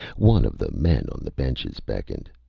one of the men on the benches beckoned.